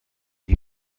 die